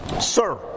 sir